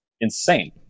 insane